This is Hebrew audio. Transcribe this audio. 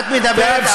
את מדברת,